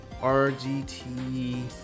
RGT